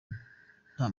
nta